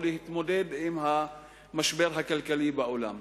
או להתמודד עם המשבר הכלכלי בעולם.